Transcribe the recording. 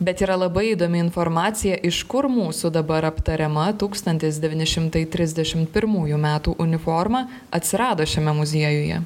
bet yra labai įdomi informacija iš kur mūsų dabar aptariama tūkstantis devyni šimtai trisdešimt pirmųjų metų uniforma atsirado šiame muziejuje